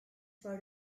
for